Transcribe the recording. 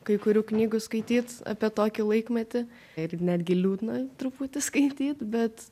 kai kurių knygų skaityt apie tokį laikmetį ir netgi liūdna truputį skaityt bet